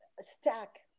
stack